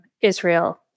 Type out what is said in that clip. Israel